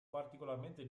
particolarmente